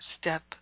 step